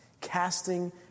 casting